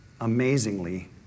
amazingly